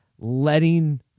letting